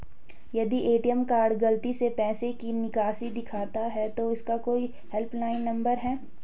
यदि ATM card गलती से पैसे की निकासी दिखाता है तो क्या इसका कोई हेल्प लाइन नम्बर है?